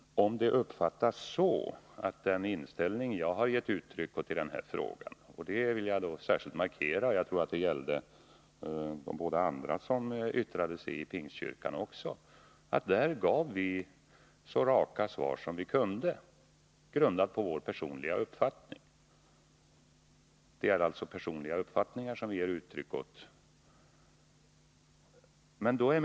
Om det uppfattas så att den inställning jag gav uttryck åt skulle vara någon annan än min rent personliga, så vill jag särskilt markera att jag gav så raka svar som möjligt, grundade på min personliga uppfattning. Jag tror att detta gällde också de båda andra som yttrade sig i Pingstkyrkan. Det gäller alltså personliga uppfattningar, som vi har gett uttryck åt.